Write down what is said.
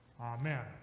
Amen